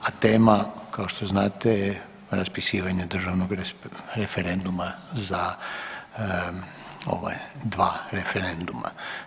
A tema kao što znate je raspisivanje državnog referenduma za ova dva referenduma.